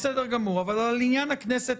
בסדר גמור, אבל לעניין הכנסת.